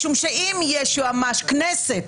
משום שאם יש יועצת משפטית לכנסת,